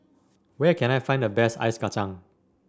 where can I find the best Ice Kacang